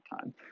time